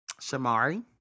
Shamari